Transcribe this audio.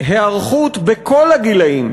בהיערכות בכל הגילאים,